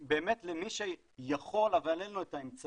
באמת למי שלא יכול, אבל אין לו את האמצעים,